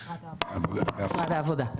משרד העבודה.